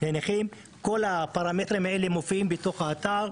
כל הפרמטרים האלה מופיעים בתוך האתר,